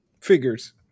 figures